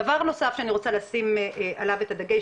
דבר נוסף שאני רוצה לשים עליו את הדגש,